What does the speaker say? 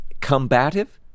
combative